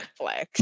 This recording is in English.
netflix